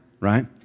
right